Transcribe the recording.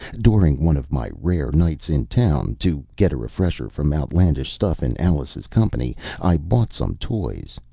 during one of my rare nights in town to get a refresher from outlandish stuff in alice's company i bought some toys.